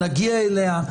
נגיע אליה,